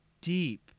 deep